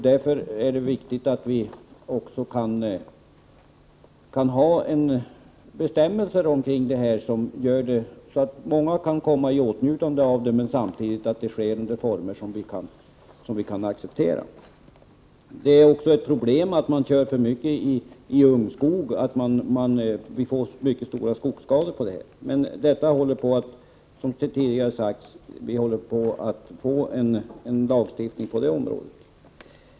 Därför måste vi ha sådana bestämmelser att många kan komma i åtnjutande av sådan körning och att den sker under former som vi kan acceptera. Ett annat problem är att man kör för mycket i ungskog. Vi får därigenom mycket stora skogsskador. Men, som redan sagts, en lagstiftning är på gång på det här området.